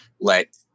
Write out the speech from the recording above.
let